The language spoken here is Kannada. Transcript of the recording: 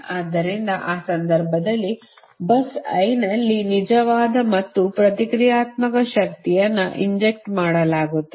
ಆದ್ದರಿಂದ ಆ ಸಂದರ್ಭದಲ್ಲಿ bus I ನಲ್ಲಿ ನಿಜವಾದ ಮತ್ತು ಪ್ರತಿಕ್ರಿಯಾತ್ಮಕ ಶಕ್ತಿಯನ್ನು ಇಂಜೆಕ್ಟ್ ಮಾಡಲಾಗುತ್ತದೆ